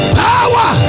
power